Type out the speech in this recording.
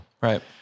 Right